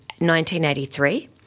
1983